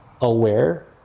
aware